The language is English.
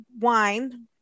wine